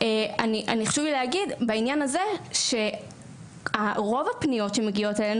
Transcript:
וחשוב לי להגיד בעניין הזה שרוב הפניות שמגיעות אלינו